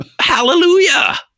Hallelujah